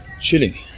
chilling